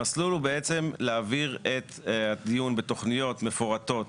המסלול הוא בעצם להעביר את הדיון בתוכניות מפורטות